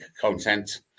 content